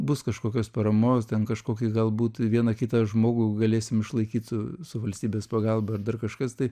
bus kažkokios paramos ten kažkokį galbūt vieną kitą žmogų galėsim išlaikyt su valstybės pagalba ar dar kažkas tai